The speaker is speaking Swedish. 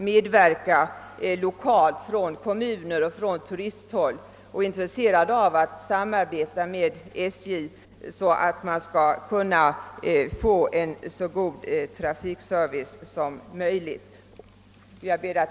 Man är självfallet från kommunalt håll och på turisthåll intresserad av att samarbeta med SJ för att kunna åstadkomma en så god trafikservice som möjligt.